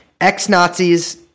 ex-Nazis